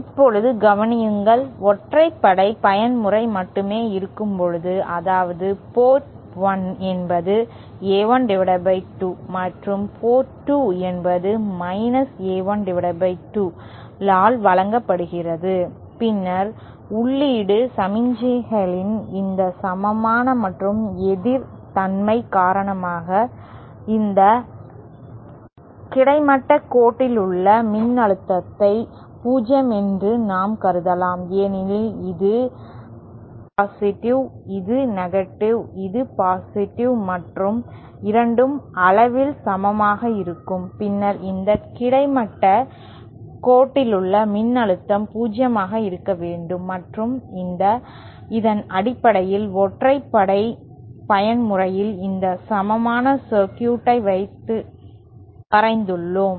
இப்போது கவனியுங்கள் ஒற்றைப்படை பயன்முறை மட்டுமே இருக்கும்போது அதாவது போர்ட் 1 என்பது A12 மற்றும் போர்ட் 2 என்பது A12 ஆல் வழங்கப்படுகிறது பின்னர் உள்ளீட்டு சமிக்ஞைகளின் இந்த சமமான மற்றும் எதிர் தன்மை காரணமாக இந்த கிடைமட்ட கோட்டிலுள்ள மின்னழுத்தத்தை 0 என்று நாம் கருதலாம் ஏனெனில் இது இது இது மற்றும் இரண்டும் அளவில் சமமாக இருக்கும் பின்னர் இந்த கிடைமட்ட கோட்டிலுள்ள மின்னழுத்தம் 0 ஆக இருக்க வேண்டும் மற்றும் இதன் அடிப்படையில் ஒற்றைப்படை பயன்முறையில் இந்த சமமான சர்க்யூட் ஐ வரைந்துள்ளோம்